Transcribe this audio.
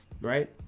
Right